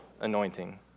anointing